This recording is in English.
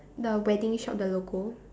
the wedding shop the logo